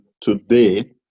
today